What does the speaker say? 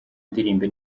ndirimbe